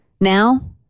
Now